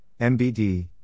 MBD